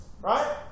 right